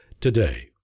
today